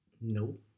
Nope